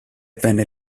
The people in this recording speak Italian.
venne